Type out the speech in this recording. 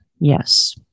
Yes